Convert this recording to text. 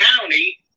County